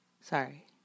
Sorry